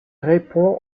répond